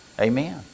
Amen